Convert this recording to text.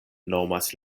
nomas